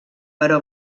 però